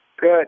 Good